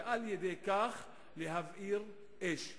ועל-ידי כך להבעיר אש,